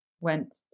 went